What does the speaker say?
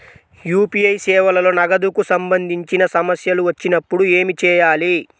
UPI సేవలలో నగదుకు సంబంధించిన సమస్యలు వచ్చినప్పుడు ఏమి చేయాలి?